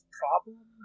problem